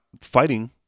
fighting